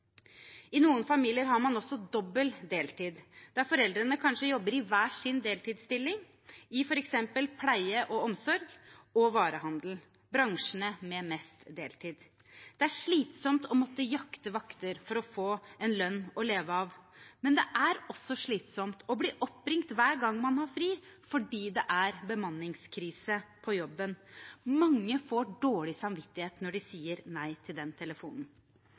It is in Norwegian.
I noen familier har man også dobbel deltid, der foreldrene kanskje jobber i hver sin deltidsstilling, innen f.eks. pleie og omsorg eller varehandel, som er bransjene med mest deltid. Det er slitsomt å måtte jakte vakter for å få en lønn å leve av, men det er også slitsomt å bli oppringt hver gang man har fri, fordi det er bemanningskrise på jobben. Mange får dårlig samvittighet når de sier nei til den telefonen.